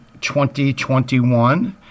2021